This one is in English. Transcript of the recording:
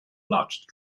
large